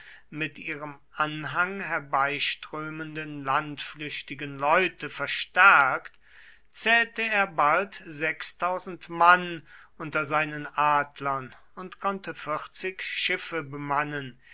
mit ihrem anhang herbeiströmenden landflüchtigen leute verstärkt zählte er bald mann unter seinen adlern und konnte vierzig schiffe bemannen